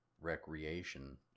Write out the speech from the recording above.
recreation